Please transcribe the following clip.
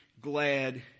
glad